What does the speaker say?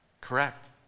correct